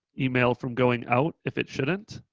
email from going out if it shouldn't,